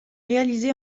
réalisé